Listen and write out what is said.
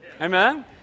Amen